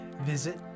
visit